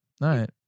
right